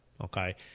okay